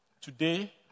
Today